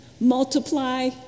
multiply